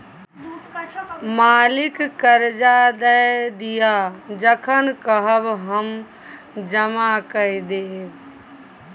मालिक करजा दए दिअ जखन कहब हम जमा कए देब